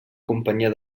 companyia